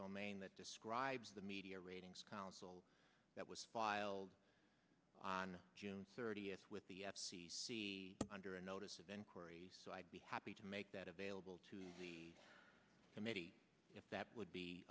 domain that describes the media ratings council that was filed on june thirtieth with the f c c under a notice of inquiry so i'd be happy to make that available to the committee if that would be